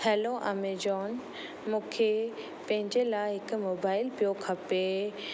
hello Amazon मूंखे पंहिंजे लाए हिकु मोबाइल पियो खपे